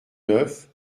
neuf